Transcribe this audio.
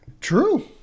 True